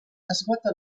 esgota